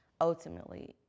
ultimately